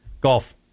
golf